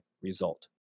result